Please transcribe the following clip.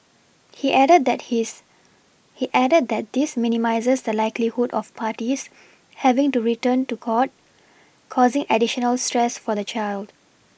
he added that his he added that this minimises the likelihood of parties having to return to court causing additional stress for the child